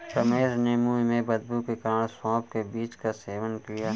रमेश ने मुंह में बदबू के कारण सौफ के बीज का सेवन किया